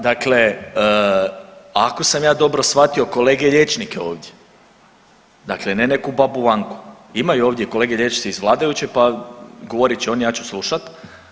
Dakle, ako sam ja dobro shvatio kolege liječnike ovdje, dakle ne neku babu Vangu, imaju ovdje kolege liječnici iz vladajuće pa govorit će oni, ja ću slušati.